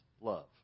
love